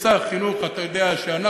כשר חינוך אתה יודע שאנחנו,